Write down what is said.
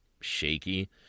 shaky